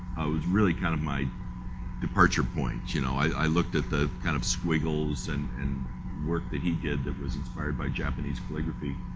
was really kind of my departure points. you know, i looked at kind of squiggles and and work that he did that was inspired by japanese calligraphy